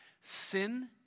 Sin